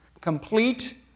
complete